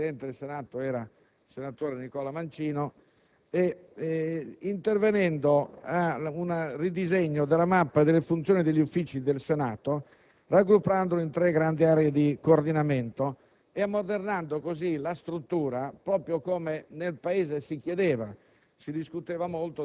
Senato (presidente del Senato era allora il senatore Nicola Mancino), ridisegnando la mappa della funzioni e degli uffici del Senato raggruppandoli in tre grandi aree di coordinamento ed ammodernando così la struttura, proprio come nel Paese si chiedeva.